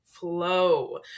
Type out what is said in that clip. flow